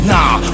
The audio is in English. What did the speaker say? Nah